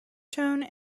tone